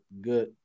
good